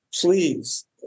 please